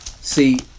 see